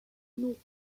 non